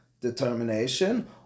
determination